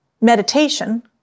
meditation